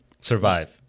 Survive